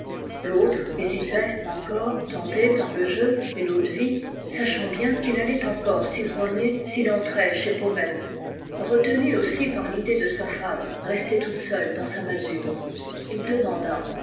l'autre hésitait encore tenté par le jeu et l'eau-de-vie sachant bien qu'il allait encore s'ivrogner s'il entrait chez paumelle retenu aussi par l'idée de sa femme restée toute seule dans sa masure h demanda